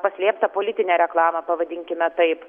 paslėptą politinę reklamą pavadinkime taip